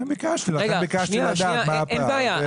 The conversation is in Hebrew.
לכן ביקשתי לדעת מה הפער.